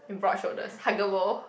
and broad shoulders huggable